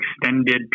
extended